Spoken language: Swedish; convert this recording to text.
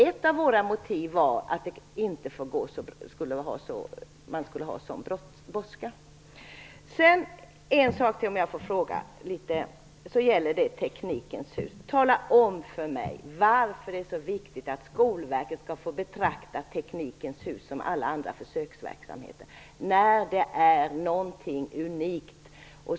Ett av våra motiv var att man inte borde ha så bråttom. Om jag får ställa ytterligare en fråga så skulle den gälla Teknikens hus. Tala om för mig varför det är så viktigt att Skolverket får betrakta Teknikens hus som alla andra försöksverksamheter, trots att det är någonting unikt.